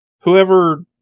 whoever